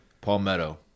Palmetto